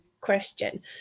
question